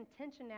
intentionality